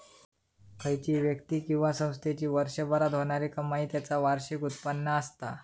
खयची व्यक्ती किंवा संस्थेची वर्षभरात होणारी कमाई त्याचा वार्षिक उत्पन्न असता